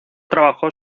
trabajó